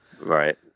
Right